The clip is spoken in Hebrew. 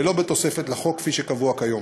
ולא בתוספת לחוק, כפי שקבוע כיום.